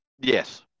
Yes